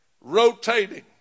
rotating